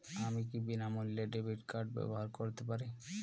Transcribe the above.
আমি কি বিনামূল্যে ডেবিট কার্ড ব্যাবহার করতে পারি?